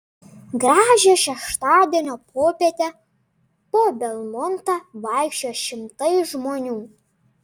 gražią šeštadienio popietę po belmontą vaikščiojo šimtai žmonių